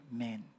men